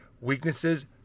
Weaknesses